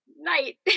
Night